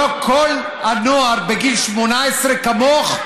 לא כל הנוער בגיל 18 הם כמוך,